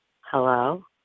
Hello